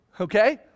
okay